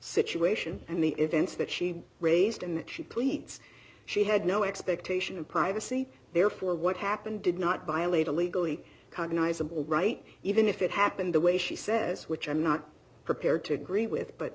situation and the events that she raised in that she pleads she had no expectation of privacy therefore what happened did not violate a legally cognizable right even if it happened the way she says which i'm not prepared to agree with but